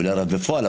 אולי רב בפועל,